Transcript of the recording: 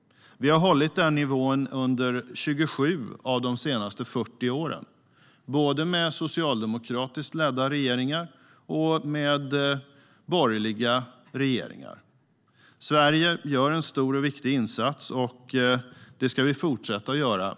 Vi har hållit den nivån under 27 av de senaste 40 åren, både med socialdemokratiskt ledda regeringar och med borgerliga regeringar. Sverige gör en stor och viktig insats, och det ska vi fortsätta att göra.